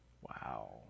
wow